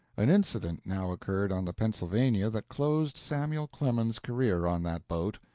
an incident now occurred on the pennsylvania that closed samuel clemens's career on that boat.